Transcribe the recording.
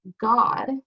god